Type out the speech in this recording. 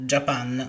Japan